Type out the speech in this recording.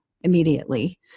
immediately